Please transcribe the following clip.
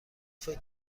فکر